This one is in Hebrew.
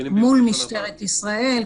מול משטרת ישראל,